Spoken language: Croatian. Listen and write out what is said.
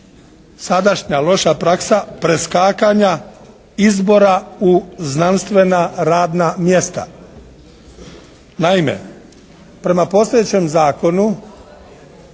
sadašnja loša praksa preskakanja izbora u znanstvena radna mjesta. Naime, prema postojećem zakonu